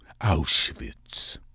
Auschwitz